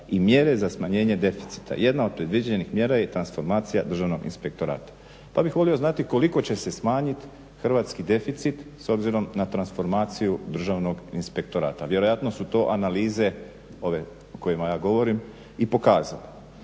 i mjere za smanjenje deficita. Jedna od predviđenih mjera je i transformacija Državnog inspektorata. Pa bih volio znati koliko će se smanjiti hrvatski deficit s obzirom na transformaciju Državnog inspektorata. Vjerojatno su to analize, ove o kojima ja govorim i pokazale.